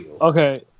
Okay